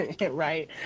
right